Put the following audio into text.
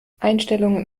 einstellungen